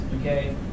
okay